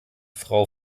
frau